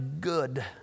good